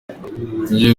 ngiye